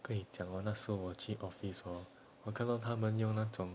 跟你讲 hor 那时候我去 office hor 我看到他们用那种